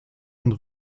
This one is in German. und